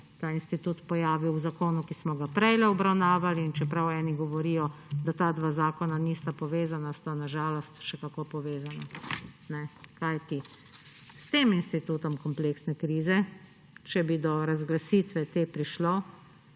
ta institut pojavil v zakonu, ki smo ga prejle obravnavali. In čeprav eni govorijo, da ta dva zakona nista povezana, sta na žalost še kako povezana. Kajti, s tem institutom kompleksne krize, če bi do razglasitve te prišlo,